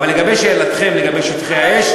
אבל לגבי שאלתכם לגבי שטחי האש,